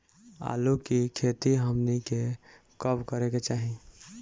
आलू की खेती हमनी के कब करें के चाही?